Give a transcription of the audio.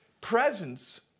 presence